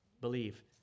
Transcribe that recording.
Believe